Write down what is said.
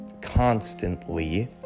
constantly